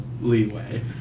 leeway